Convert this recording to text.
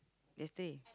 yesterday